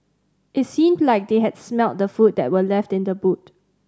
it seemed that they had smelt the food that were left in the boot